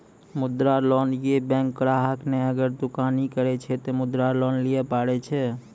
मुद्रा लोन ये बैंक ग्राहक ने अगर दुकानी करे छै ते मुद्रा लोन लिए पारे छेयै?